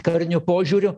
kariniu požiūriu